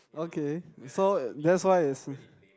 okay so that's why it's